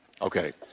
Okay